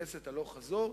לבית-הכנסת הלוך וחזור.